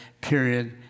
period